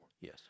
Yes